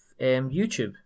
YouTube